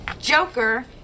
Joker